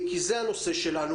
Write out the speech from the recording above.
כי זה הנושא שלנו.